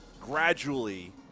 gradually